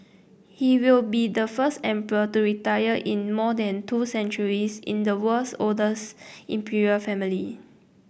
he will be the first emperor to retire in more than two centuries in the world's oldest imperial family